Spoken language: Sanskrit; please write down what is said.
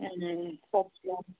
सा